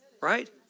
right